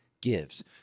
gives